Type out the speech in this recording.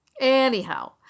Anyhow